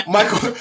Michael